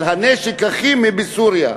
על הנשק הכימי בסוריה.